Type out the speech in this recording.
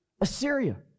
Assyria